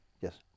Yes